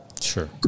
Sure